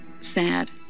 sad